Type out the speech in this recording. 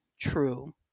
true